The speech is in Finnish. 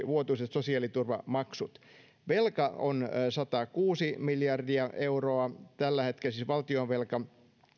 vuotuiset sosiaaliturvamaksut velka on satakuusi miljardia euroa tällä hetkellä siis valtionvelka